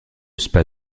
spa